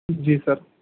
جی سر